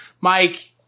Mike